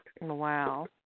Wow